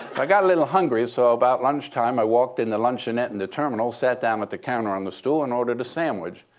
i got a little hungry. so about lunchtime, i walked in the luncheonette in the terminal, sat down at but the counter on the stool and ordered a sandwich.